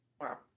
Wow